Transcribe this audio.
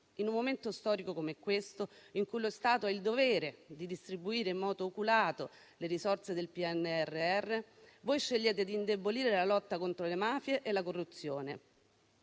in un momento storico come questo, in cui lo Stato ha il dovere di distribuire in modo oculato le risorse del PNRR, voi scegliete di indebolire la lotta contro le mafie e la corruzione.